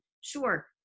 Sure